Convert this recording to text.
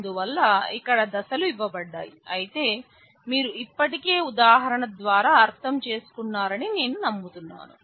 అందువల్ల ఇక్కడ దశలు ఇవ్వబడ్డాయి అయితే మీరు ఇప్పటికే ఉదాహరణ ద్వారా అర్థం చేసుకున్నారని నేను నమ్ముతున్నాను